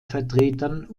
vertretern